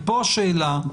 ופה השאלה,